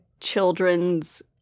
children's